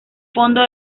fondo